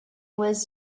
was